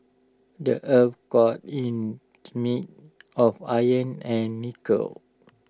the Earth's core in of iron and nickel